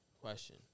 question